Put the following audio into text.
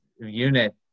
unit